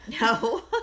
No